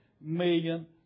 million